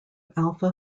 alpha